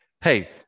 Hey